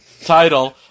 title